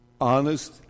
honest